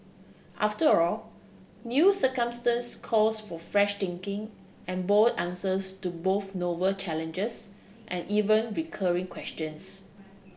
after all new circumstance calls for fresh thinking and bold answers to both novel challenges and even recurring questions